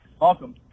welcome